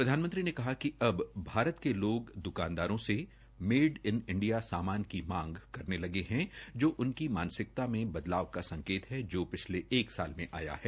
प्रधानमंत्री ने कहा कि अब भारत के लोग द्कानदारों से मेड इन इंडिया सामान की मांग करने लगे है जो उनकी मानसिकता में बदलाव का संकेत है जो शिछले एक साल मे आया है